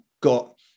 got